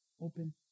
open